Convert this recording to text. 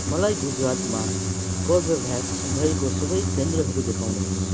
मलाई गुजरातमा कर्बेभ्याक्स भएका सबै केन्द्रहरू देखाउनुहोस्